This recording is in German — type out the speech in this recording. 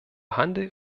handel